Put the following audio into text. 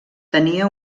tenia